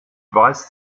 weist